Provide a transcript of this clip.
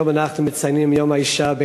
היום אנחנו מציינים את יום האישה הבין-לאומי,